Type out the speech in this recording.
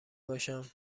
باشم